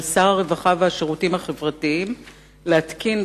על שר הרווחה והשירותים החברתיים להתקין,